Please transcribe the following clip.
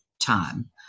time